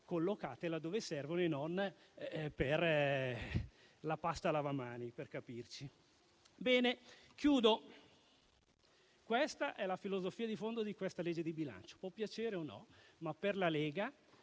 collocate là dove servono e non per la pasta lavamani, tanto per capirci. Bene, chiudo. Questa è la filosofia di fondo di questa legge di bilancio. Può piacere o no, ma per la Lega